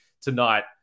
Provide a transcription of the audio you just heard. tonight